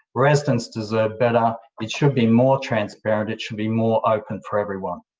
residents deserve better. it should be more transparent. it should be more open for everyone.